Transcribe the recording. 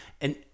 And-